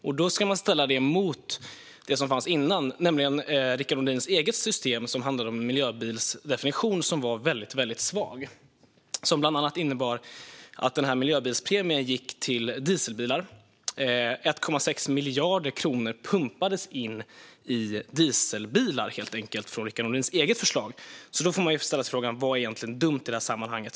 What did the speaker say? Detta ska man ställa mot det som fanns innan, nämligen Rickard Nordins eget system, som innebar en miljöbilsdefinition som var väldigt svag. Bland annat ledde det till att miljöbilspremien gick till dieselbilar. 1,6 miljarder kronor pumpades in i dieselbilar genom den ordning som Rickard Nordin själv stod bakom. Då kan man fråga sig: Vad är egentligen dumt i det här sammanhanget?